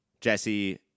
Jesse